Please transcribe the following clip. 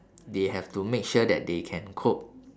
they have to make sure that they can cope